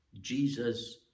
jesus